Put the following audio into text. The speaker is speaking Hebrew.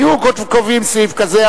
היו קובעים סעיף כזה,